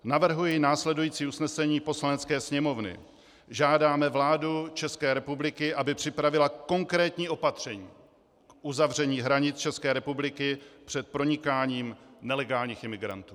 Navrhuji následující usnesení Poslanecké sněmovny: Žádáme vládu České republiky, aby připravila konkrétní opatření k uzavření hranic České republiky před pronikáním nelegálních imigrantů.